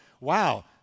wow